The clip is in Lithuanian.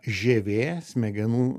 žievė smegenų